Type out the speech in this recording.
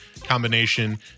combination